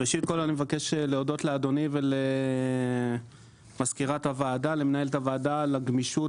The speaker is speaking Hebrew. ראשית אני מבקש להודות לאדוני ולמנהלת הוועדה על הגמישות